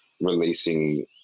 releasing